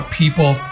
people